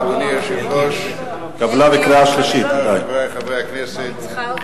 אדוני היושב-ראש, חברי חברי הכנסת,